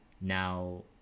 Now